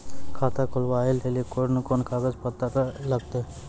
खाता खोलबाबय लेली कोंन कोंन कागज पत्तर लगतै?